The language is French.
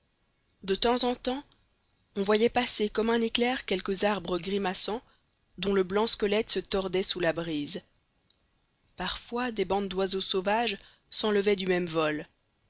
de temps en temps on voyait passer comme un éclair quelque arbre grimaçant dont le blanc squelette se tordait sous la brise parfois des bandes d'oiseaux sauvages s'enlevaient du même vol